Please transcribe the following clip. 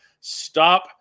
Stop